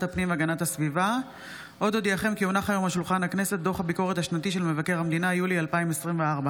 הפנים והגנת הסביבה להכנתה לקריאה שנייה ושלישית.